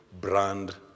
brand